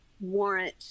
Warrant